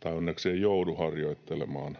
tai onneksi ei joudu, harjoittelemaan.